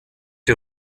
die